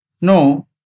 No